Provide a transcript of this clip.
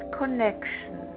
connection